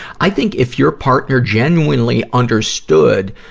i think if your partner genuinely understood,